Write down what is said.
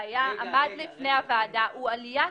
קיבלנו את ההמלצות.